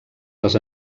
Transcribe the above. les